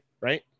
right